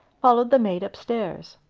followed the maid up-stairs.